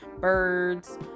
birds